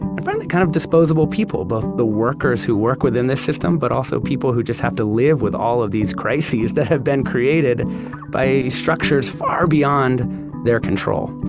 and finally kind of disposable people. both the workers who work within the system, but also people who just have to live with all of these crises that have been created by structures far beyond their control.